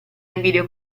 invidio